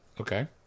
Okay